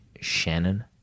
Shannon